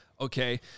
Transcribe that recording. Okay